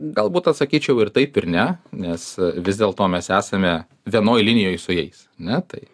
galbūt atsakyčiau ir taip ir ne nes a vis dėl to mes esame vienoj linijoj su jais ne tai